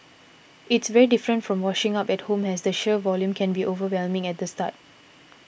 it's very different from washing up at home as the sheer volume can be overwhelming at the start